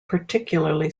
particularly